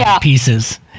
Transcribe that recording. pieces